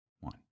one